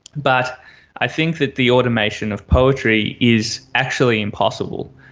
but i think that the automation of poetry is actually impossible.